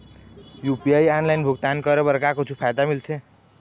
UPI online भुगतान करे बर का कुछू फायदा मिलथे?